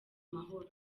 mahoro